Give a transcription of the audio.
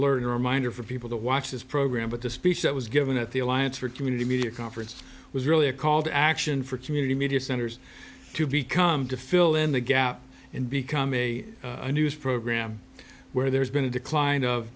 alert reminder for people to watch this program but the speech that was given at the alliance for community media conference was really a call to action for community media centers to become to fill in the gap and become a news program where there's been a decline of